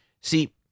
See